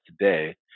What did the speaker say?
today